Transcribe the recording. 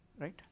right